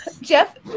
Jeff